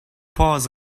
paws